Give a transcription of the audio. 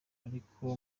ariko